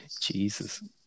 Jesus